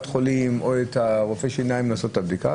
החולים או את רופא השיניים לעשות את הבדיקה.